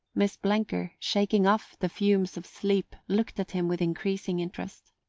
miss blenker, shaking off the fumes of sleep, looked at him with increasing interest.